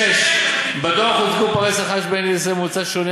6. בדוח הוצגו פערי השכר בין ילידי ישראל ממוצא שונה